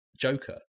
Joker